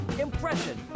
impression